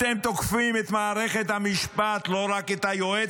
אתם תוקפים את מערכת המשפט, לא רק את היועצת.